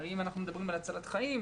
אם אנחנו מדברים על הצלת חיים,